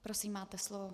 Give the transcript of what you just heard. Prosím, máte slovo.